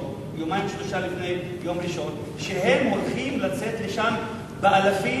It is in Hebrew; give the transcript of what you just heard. יומיים-שלושה לפני יום ראשון שהם הולכים לצאת לשם באלפים,